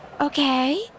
Okay